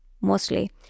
mostly